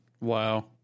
wow